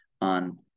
on